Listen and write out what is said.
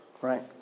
right